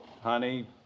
Honey